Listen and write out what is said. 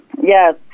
Yes